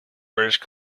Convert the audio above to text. british